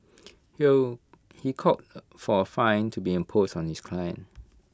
he called for A fine to be impose on his client